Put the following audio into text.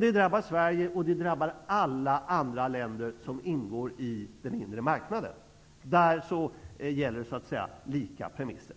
Det drabbar Sverige och alla andra länder som ingår i den inre marknaden; där gäller samma premisser.